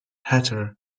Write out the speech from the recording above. hatter